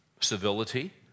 civility